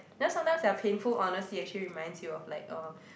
you know sometimes there're painful honestly actually reminds you of like uh